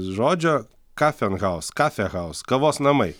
žodžio kafenhaus kafehaus kavos namai